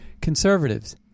conservatives